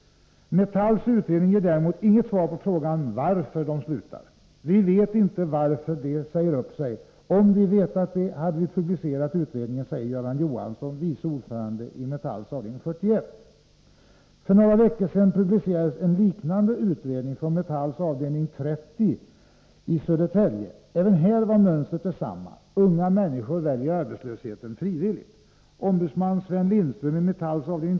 Metalls utredning ger däremot inte svar på frågan varför de slutar. — Vi vet inte varför de säger upp sig. Om vi vetat det, hade vi publicerat utredningen, säger Göran Johansson, vice ordförande i Metalls avd 41. ——- För några veckor sedan publicerades en liknande utredning från Metalls avd. 30 i Södertälje. Även här var mönstret detsamma. Unga människor väljer arbetslösheten frivilligt. Ombudsman Sven Lindström i Metalls avd.